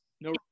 No